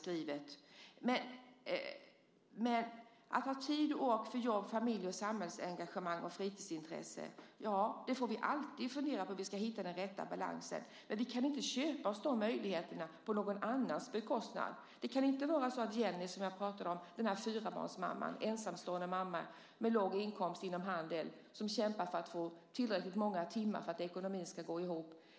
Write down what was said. När det gäller att ha tid och ork för jobb, familj, samhällsengagemang och fritidsintresse får vi alltid fundera på hur vi ska hitta den rätta balansen. Men vi kan inte köpa oss de möjligheterna på någon annans bekostnad. Jag pratade om Jenny, den ensamstående fyrabarnsmamman med låg inkomst inom Handels som kämpar för att få tillräckligt många timmar för att ekonomin ska gå ihop.